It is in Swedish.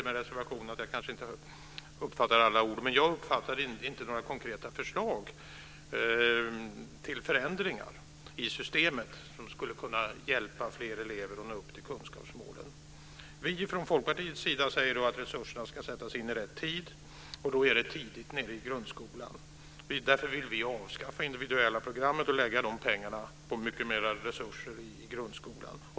Med reservation för att jag inte uppfångade alla ord uppfattade jag inte några konkreta förslag till förändringar i systemet som skulle kunna hjälpa fler elever att nå upp till kunskapsmålen. Vi från Folkpartiets sida säger att resurserna ska sättas in i rätt tid. Det är tidigt, i grundskolan. Därför vill vi avskaffa individuella programmet och lägga de pengarna på mycket mer resurser i grundskolan.